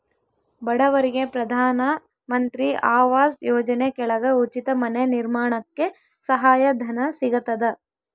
ಬಡವರಿಗೆ ಪ್ರಧಾನ ಮಂತ್ರಿ ಆವಾಸ್ ಯೋಜನೆ ಕೆಳಗ ಉಚಿತ ಮನೆ ನಿರ್ಮಾಣಕ್ಕೆ ಸಹಾಯ ಧನ ಸಿಗತದ